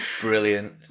Brilliant